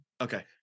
Okay